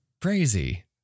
Crazy